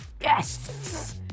Yes